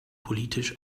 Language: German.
politisch